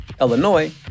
Illinois